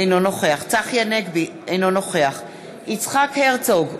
אינו נוכח צחי הנגבי, אינו נוכח יצחק הרצוג,